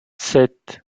sept